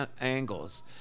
angles